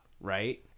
right